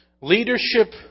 Leadership